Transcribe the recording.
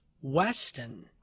Weston